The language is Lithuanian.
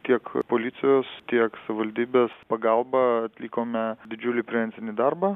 tiek policijos tiek savivaldybės pagalba atlikome didžiulį prevencinį darbą